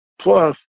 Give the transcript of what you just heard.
Plus